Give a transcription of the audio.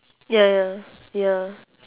ya ya ya